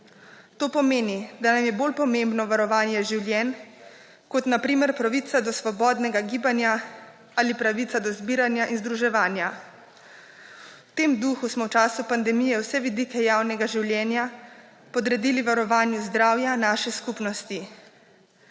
To pomeni, da nam je bolj pomembno varovanje življenj kot na primer pravica do svobodnega gibanja ali pravica do zbiranja in združevanja. V tem duhu smo v času pandemije vse vidike javnega življenja podredili varovanju zdravja naše skupnosti.